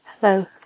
Hello